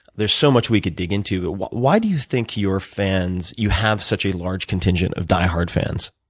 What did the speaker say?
there's so much we could dig into. why do you think your fans you have such a large contingent of diehard fans?